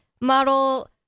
model